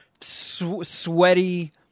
sweaty